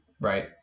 right